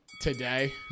today